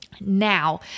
now